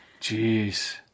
Jeez